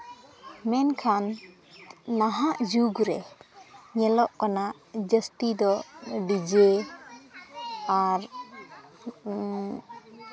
ᱢᱮᱱᱠᱷᱟᱱ ᱱᱟᱦᱟᱜ ᱡᱩᱜᱽ ᱨᱮ ᱧᱮᱞᱚᱜ ᱠᱟᱱᱟ ᱡᱟᱹᱥᱛᱤ ᱫᱚ ᱰᱤᱡᱮ ᱟᱨ